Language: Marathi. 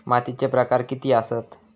मातीचे प्रकार किती आसत?